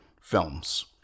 films